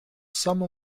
some